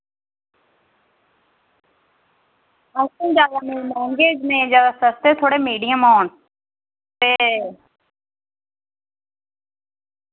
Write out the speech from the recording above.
असें ज्यादा नेईं मैहंगे नेईं ज्यादा सस्ते थोह्ड़े मीडियम होन ते